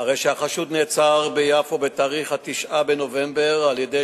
הרי שהחשוד נעצר ביפו ב-9 בנובמבר על-ידי